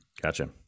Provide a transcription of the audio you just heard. Gotcha